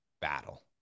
battle